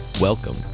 Welcome